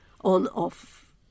on-off